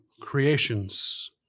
creations